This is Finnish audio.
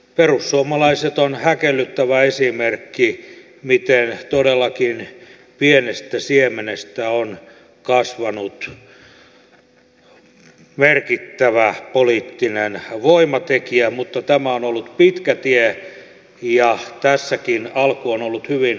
perussuomalaiset on häkellyttävä esimerkki siitä miten todellakin pienestä siemenestä on kasvanut merkittävä poliittinen voimatekijä mutta tämä on ollut pitkä tie ja tässäkin alku on ollut hyvin vaikea